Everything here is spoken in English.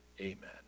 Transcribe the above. amen